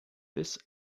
this